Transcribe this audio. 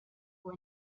for